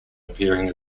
appearing